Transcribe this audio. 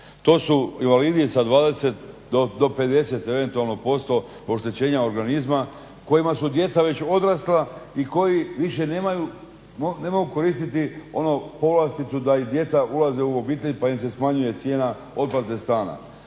To su invalidi sa 20 do 50 eventualno posto oštećenja organizma kojima su djeca već odrasla i koji više ne mogu koristiti onu povlasticu da i djeca ulaze u obitelj pa im se smanjuje cijena otplate stana.